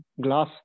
glass